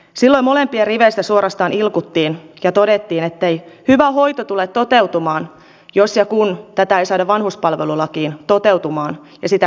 silloin molempien riveistä suorastaan ilkuttiin ja todettiin ettei hyvä hoito tule toteutumaan jos ja kun tätä ei saada vanhuspalvelulakiin toteutumaan ja sitä sinne kirjattua